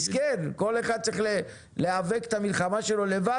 מסכן, כל אחד צריך להיאבק את המלחמה שלו לבד?